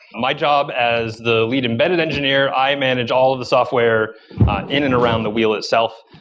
my job as the lead embedded engineer, i manage all of the software in and around the wheel itself.